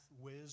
whiz